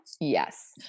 Yes